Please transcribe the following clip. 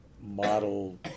model